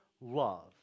love